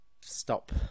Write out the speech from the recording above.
stop